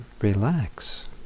relax